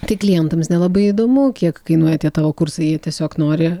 tai klientams nelabai įdomu kiek kainuoja tie tavo kursai jie tiesiog nori